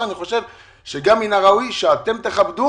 אני חושב שזה לא ראוי ולא